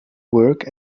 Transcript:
work